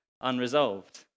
unresolved